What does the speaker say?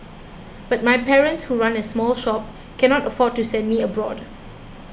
but my parents who run a small shop cannot afford to send me abroad